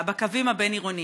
בקווים הבין-עירוניים.